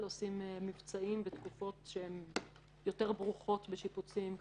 מבצעים בתקופות שהן יותר ברוכות בשיפוצים,